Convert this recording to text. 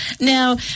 Now